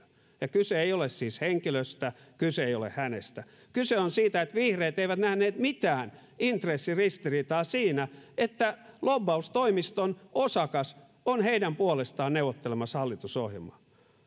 ja kyse ei ole siis henkilöstä kyse ei ole hänestä kyse on siitä että vihreät eivät nähneet mitään intressiristiriitaa siinä että lobbaustoimiston osakas on heidän puolestaan neuvottelemassa hallitusohjelmaa